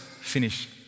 finish